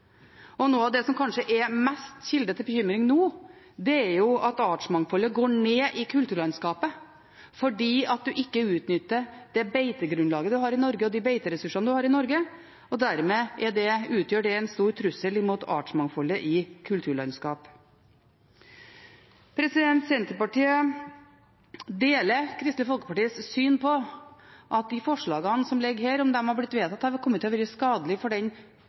Noe av det som kanskje er den største kilden til bekymring nå, er at artsmangfoldet går ned i kulturlandskap fordi en ikke utnytter det beitegrunnlaget, de beiteressursene en har i Norge, og dermed utgjør det en stor trussel imot artsmangfoldet i kulturlandskap. Senterpartiet deler Kristelig Folkepartis syn på at om de forslagene som ligger her, hadde blitt vedtatt, hadde det kommet til å være skadelig for den